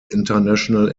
international